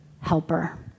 helper